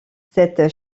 cette